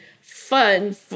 fun